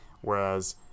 Whereas